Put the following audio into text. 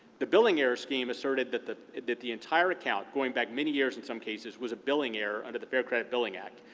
the billing error scheme asserted that the that the entire account, going back many years in some cases, was a billing error under the fair credit billing act.